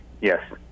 yes